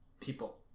people